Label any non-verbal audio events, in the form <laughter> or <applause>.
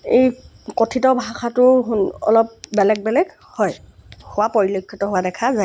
এই কথিত ভাষাটোৰ <unintelligible> অলপ বেলেগ বেলেগ হয় হোৱা পৰিলক্ষিত হোৱা দেখা যায়